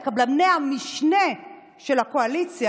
קבלני המשנה של הקואליציה,